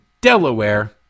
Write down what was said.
delaware